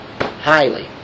highly